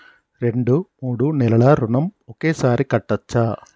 రెండు మూడు నెలల ఋణం ఒకేసారి కట్టచ్చా?